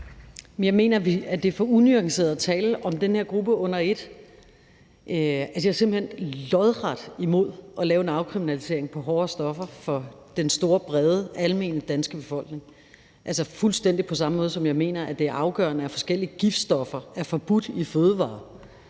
Jeg mener, det er for unuanceret at tale om den her gruppe under et. Jeg er simpelt hen lodret imod at lave en afkriminalisering af hårde stoffer for den store brede almene danske befolkning. Altså, fuldstændig på samme måde som jeg mener, at det er afgørende, at forskellige giftstoffer er forbudt i fødevarer,